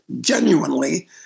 genuinely